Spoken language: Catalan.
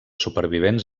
supervivents